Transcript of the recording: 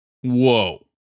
Whoa